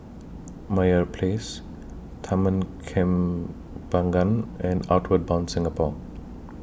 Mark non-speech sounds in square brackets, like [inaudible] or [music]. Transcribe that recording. [noise] Meyer Place Taman Kembangan and Outward Bound Singapore